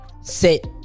sit